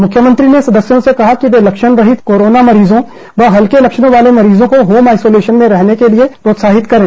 मुख्यमंत्री ने सदस्यों से कहा कि वे लक्षण रहित कोरोना मरीजों व हलके लक्षणों वाले मरीजों को होम आइसोलेशन में रहने के लिए प्रोत्साहित करें